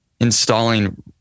installing